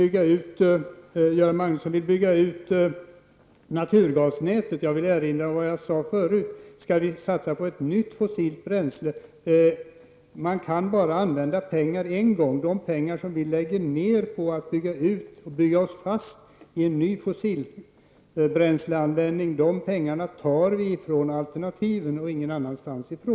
Göran Magnusson vill bygga ut naturgasnätet. Jag vill då erinra om vad jag tidigare sade: Skall vi satsa på ett nytt fossilt bränsle? Man kan bara använda pengar en gång. De pengar som vi lägger ner på att bygga ut och bygga oss fast vid en ny fossilbränsleanvändning, de pengarna tar vi från alternativen och ingen annanstans.